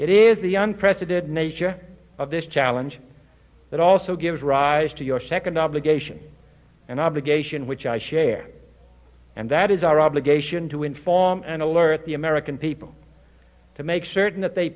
it is the unprecedented nature of this challenge that also gives rise to your second obligation and obligation which i share and that is our obligation to inform and alert the american people to make certain that they